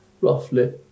roughly